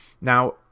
Now